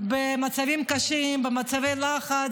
במצבים קשים, במצבי לחץ.